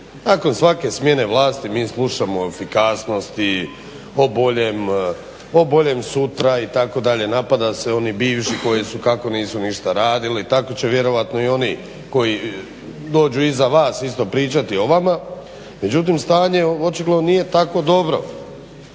nakon svake smjene vlasti mi slušamo o efikasnosti, o boljem sutra itd. Napadaju se oni bivši koji su kako nisu ništa radili, tako će vjerojatno i oni koji dođu iza vas isto pričati o vama. Međutim, stanje očigledno nije tako dobro.